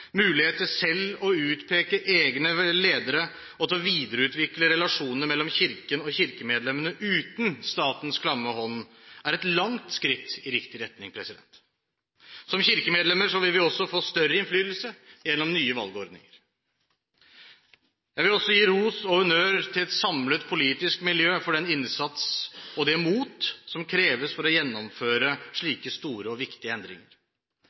selv å utpeke egne ledere og til å videreutvikle relasjonene mellom Kirken og kirkemedlemmene uten statens klamme hånd, er et langt skritt i riktig retning. Som kirkemedlemmer vil vi også få større innflytelse gjennom nye valgordninger. Jeg vil også gi ros og honnør til et samlet politisk miljø for den innsats og det mot som kreves for å gjennomføre slike store og viktige endringer.